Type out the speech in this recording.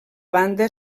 banda